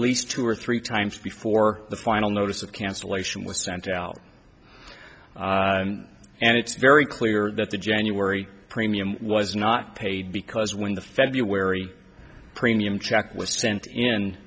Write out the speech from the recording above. least two or three times before the final notice of cancellation was sent out and it's very clear that the january premium was not paid because when the february premium check was sent